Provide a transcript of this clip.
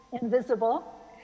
invisible